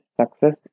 success